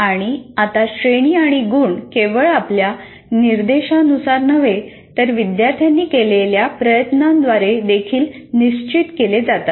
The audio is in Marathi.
आणि आता श्रेणी आणि गुण केवळ आपल्या निर्देशांनुसार नव्हे तर विद्यार्थ्यांनी केलेल्या प्रयत्नांद्वारे देखील निश्चित केले जातात